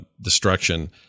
destruction